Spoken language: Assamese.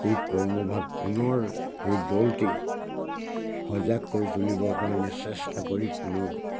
এই কৰ্মভাগ পুনৰ এই দৌলটি সজাগ কৰি তুলিবৰ কাৰণে চেষ্টা কৰি পুনৰ